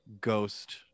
ghost